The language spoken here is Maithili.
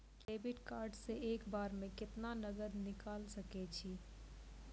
डेबिट कार्ड से एक बार मे केतना नगद निकाल सके छी?